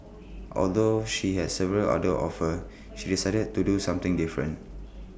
although she had several other offers she decided to do something different